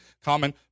common